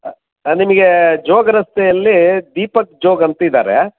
ನಿಮಗೆ ಜೋಗ ರಸ್ತೆಯಲ್ಲಿ ದೀಪಕ್ ಜೋಗ್ ಅಂತಿದ್ದಾರೆ